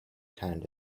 kind